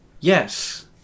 Yes